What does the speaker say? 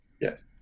Yes